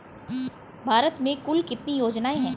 भारत में कुल कितनी योजनाएं हैं?